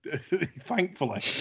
thankfully